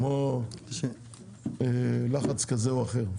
כמו לחץ כזה או אחר.